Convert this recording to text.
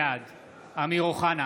בעד אמיר אוחנה,